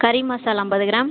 கறி மசாலா ஐம்பது கிராம்